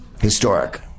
historic